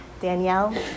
Danielle